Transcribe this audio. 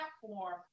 platform